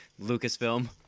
Lucasfilm